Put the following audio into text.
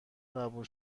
قبول